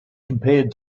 compared